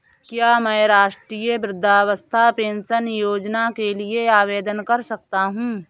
क्या मैं राष्ट्रीय वृद्धावस्था पेंशन योजना के लिए आवेदन कर सकता हूँ?